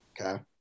okay